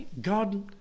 God